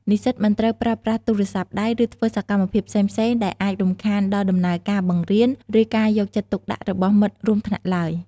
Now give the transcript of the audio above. និស្សិតមិនត្រូវ ប្រើប្រាស់ទូរស័ព្ទដៃ ឬធ្វើសកម្មភាពផ្សេងៗ ដែលអាចរំខានដល់ដំណើរការបង្រៀន ឬការយកចិត្តទុកដាក់របស់មិត្តរួមថ្នាក់ឡើយ។